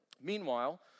Meanwhile